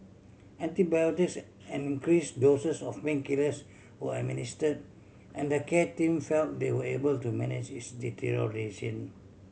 antibiotics and increase doses of painkillers were administered and the care team felt they were able to manage its deterioration